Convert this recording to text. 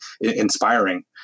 inspiring